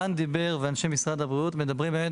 רן דיבר ואנשי משרד הבריאות מדברים באמת